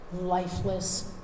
lifeless